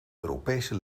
europese